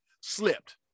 slipped